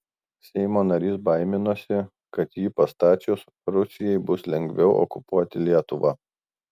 seimo narys baiminosi kad jį pastačius rusijai bus lengviau okupuoti lietuvą